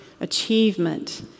achievement